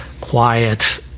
quiet